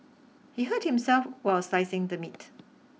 he hurt himself while slicing the meat